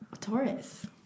Taurus